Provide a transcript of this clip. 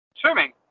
Swimming